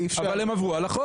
אבל הם עברו על החוק.